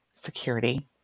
security